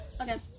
Okay